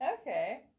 okay